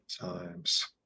times